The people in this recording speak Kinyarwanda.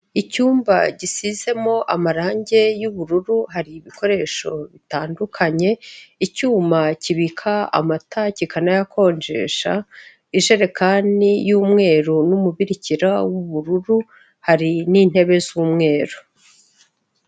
Icyumba gisizemo amarangi y'ubururu, hari ibikoresho bitandukanye, icyuma kibika amata, kikanayakonjesha, ijerekani y'umweru, n'umubikira w'ubururu, hari n'intebe z'umweru.